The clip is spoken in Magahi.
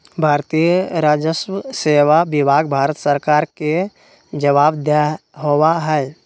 भारतीय राजस्व सेवा विभाग भारत सरकार के जवाबदेह होबा हई